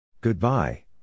Goodbye